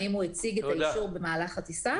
האם הוא הציג את האישור במהלך הטיסה.